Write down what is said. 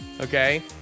okay